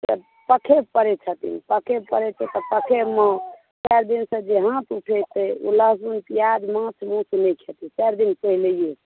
कथे पढ़ै छथिन कथे पढ़ै छथिन तऽ कथेमे जे चारि दिनसँ जे हाथ उठेतै ओ लहसुन प्याज माँस मछली नहि खेती चारि दिन पहिलहियेसँ